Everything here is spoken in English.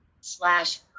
slash